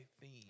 theme